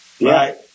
Right